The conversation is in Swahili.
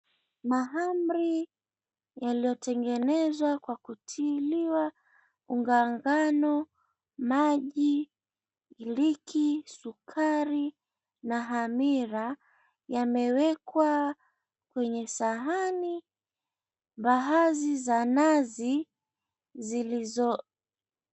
Mahamri yaliyotengenezwa kwa kutiliwa unga wa ngano, maji, iliki, sukari na hamira, yamewekwa kwenye sahani. Mbaazi za nazi zilizo...